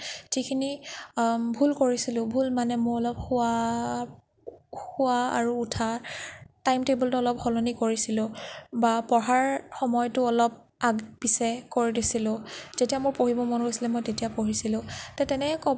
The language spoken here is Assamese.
যিখিনি ভুল কৰিছিলোঁ ভুল মানে মোৰ অলপ শুৱা খোৱা আৰু উঠাৰ টাইম টেবুলটো অলপ সলনি কৰিছিলোঁ বা পঢ়াৰ সময়টো অলপ আগ পাছ কৰি দিছিলোঁ যেতিয়া মোৰ পঢ়িবলৈ মন গৈছিলে মই তেতিয়া পঢ়িছিলোঁ তে তেনেকৈ ক'ব